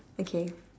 okay